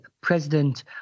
president